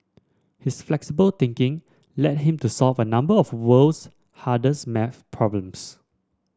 his flexible thinking led him to solve a number of world's hardest maths problems